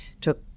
took